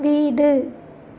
வீடு